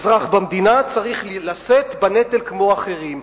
אזרח במדינה צריך לשאת בנטל כמו אחרים.